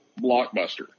blockbuster